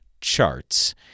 charts